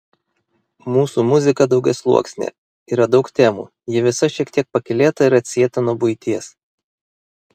mūsų muzika daugiasluoksnė yra daug temų ji visa šiek tiek pakylėta ir atsieta nuo buities